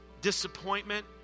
disappointment